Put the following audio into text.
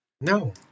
No